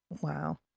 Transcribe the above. Wow